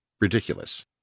ridiculous